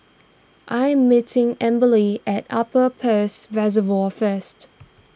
I am meeting Amberly at Upper Peirce Reservoir first